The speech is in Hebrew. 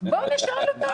בואו נשאל אותם.